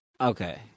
okay